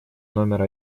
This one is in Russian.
номер